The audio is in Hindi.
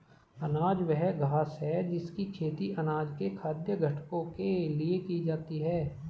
अनाज वह घास है जिसकी खेती अनाज के खाद्य घटकों के लिए की जाती है